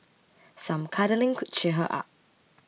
some cuddling could cheer her up